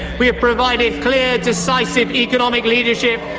we have provided clear, decisive economic leadership and,